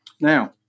Now